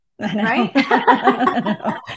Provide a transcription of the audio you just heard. Right